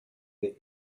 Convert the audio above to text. the